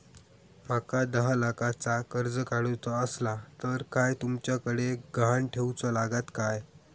माका दहा लाखाचा कर्ज काढूचा असला तर काय तुमच्याकडे ग्हाण ठेवूचा लागात काय?